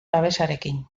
babesarekin